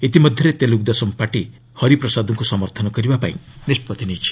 ଇତିମଧ୍ୟରେ ତେଲ୍ରଗ୍ରଦେଶମ ପାର୍ଟି ହରିପ୍ରସାଦଙ୍କୁ ସମର୍ଥନ କରିବାକୁ ନିଷ୍ପତ୍ତି ନେଇଛି